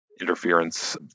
interference